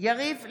יריב לוין,